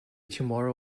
tomorrow